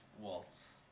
Waltz